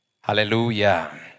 Hallelujah